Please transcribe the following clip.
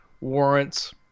warrants